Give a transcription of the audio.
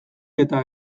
eta